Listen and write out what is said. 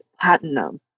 platinum